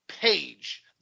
page